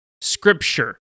Scripture